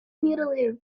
mutilated